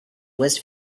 was